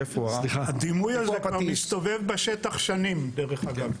הדימוי הזה כבר מסתובב בשטח שנים, דרך אגב.